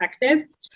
effective